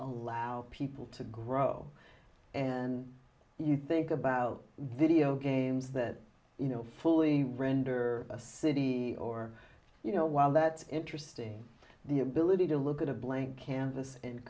allow people to grow and you think about videogames that you know fully render a city or you know while that's interesting the ability to look at a blank canvas and